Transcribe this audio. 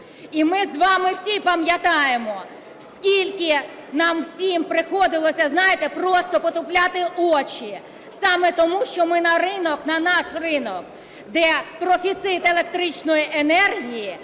І ми з вами всі пам'ятаємо, скільки нам всім приходилось, знаєте, просто потупляти очі саме тому, що ми на ринок, на наш ринок, де профіцит електричної енергії,